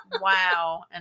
Wow